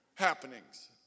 happenings